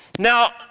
Now